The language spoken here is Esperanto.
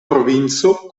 provinco